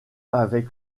avec